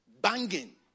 banging